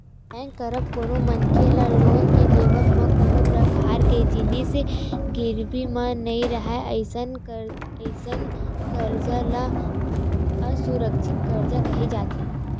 bank करा कोनो मनखे ल लोन के देवब म कोनो परकार के जिनिस गिरवी म नइ राहय अइसन करजा ल असुरक्छित करजा केहे जाथे